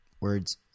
words